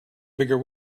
bigger